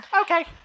Okay